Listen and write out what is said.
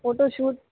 photoshoot